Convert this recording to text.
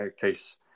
case